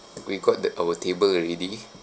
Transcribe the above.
we got that our table already